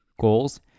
goals